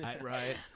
Right